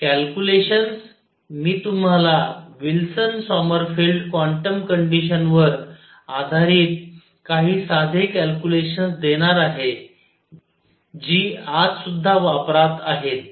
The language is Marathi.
कॅल्क्युलेशन्स मी तुम्हाला विल्सन सॉमरफेल्ड क्वांटम कंडिशन वर आधारित काही साधे कॅल्क्युलेशन्स देणार आहे जी आज सुद्धा वापरात आहेत